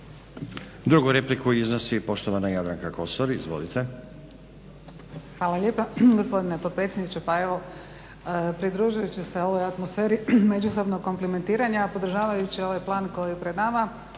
Drugu repliku iznosi poštovana Jadranka Kosor. Izvolite. **Kosor, Jadranka (Nezavisni)** Hvala lijepa gospodine potpredsjedniče. Pa evo pridružujući se ovoj atmosferi međusobnog komplimentiranja, a podržavajući ovaj plan koji je